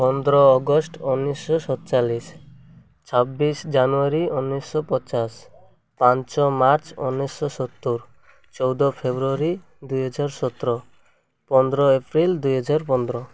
ପନ୍ଦର ଅଗଷ୍ଟ ଉଣେଇଶହ ସତ୍ଚାଳିଶ ଛବିଶ ଜାନୁଆରୀ ଉଣେଇଶହ ପଚାଶ ପାଞ୍ଚ ମାର୍ଚ୍ଚ ଉଣେଇଶହ ସତୁରୀ ଚଉଦ ଫେବୃଆରୀ ଦୁଇ ହଜାର ସତର ପନ୍ଦର ଏପ୍ରିଲ୍ ଦୁଇ ହଜାର ପନ୍ଦର